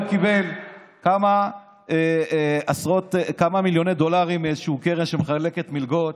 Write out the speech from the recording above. הרי הוא קיבל כמה מיליוני דולרים מאיזושהי קרן שמחלקת מלגות.